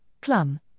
plum